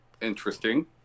Interesting